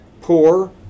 poor